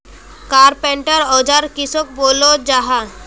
Carpenter औजार किसोक बोलो जाहा?